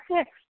six